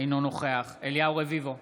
אינו נוכח אליהו רביבו,